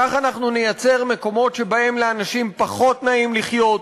ככה אנחנו נייצר מקומות שבהם לאנשים פחות נעים לחיות,